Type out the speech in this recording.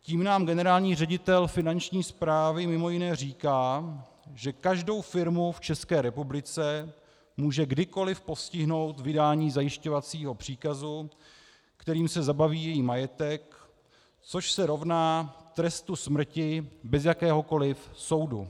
Tím nám generální ředitel Finanční správy mj. říká, že každou firmu v České republice může kdykoli postihnout vydání zajišťovacího příkazu, kterým se zabaví její majetek, což se rovná trestu smrti bez jakéhokoli soudu.